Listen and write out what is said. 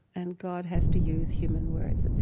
and god has to use human words.